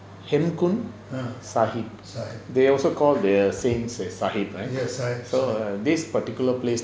sahib they also called their saints as sahib right so err this particular place